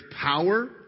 power